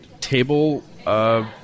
table